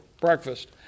breakfast